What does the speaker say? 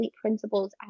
principles